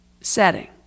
setting